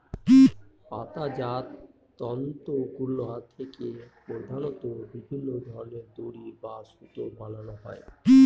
পাতাজাত তন্তুগুলা থেকে প্রধানত বিভিন্ন ধরনের দড়ি বা সুতা বানানো হয়